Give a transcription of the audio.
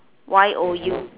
y o u